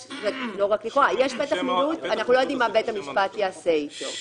יש פתח מילוט אבל אנחנו לא יודעים מה בית המשפט יעשה איתו.